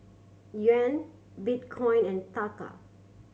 Yuan Bitcoin and Taka